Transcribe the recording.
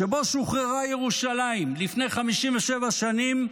שבו שוחררה ירושלים לפני 57 שנים,